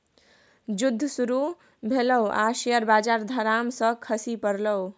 जुद्ध शुरू भेलै आ शेयर बजार धड़ाम सँ खसि पड़लै